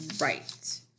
Right